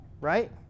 Right